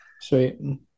sweet